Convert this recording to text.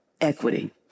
equity